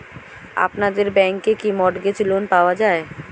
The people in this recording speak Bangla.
আপনাদের ব্যাংকে কি মর্টগেজ লোন পাওয়া যায়?